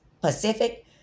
Pacific